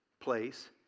place